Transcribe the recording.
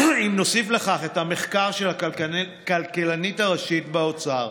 אם נוסיף לכך את המחקר של הכלכלנית הראשית באוצר,